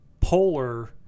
polar